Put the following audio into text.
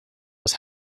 was